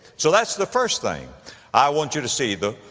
so that's the first thing i want you to see, the,